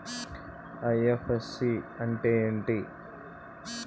IFSC అంటే ఏమిటి?